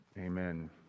Amen